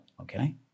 okay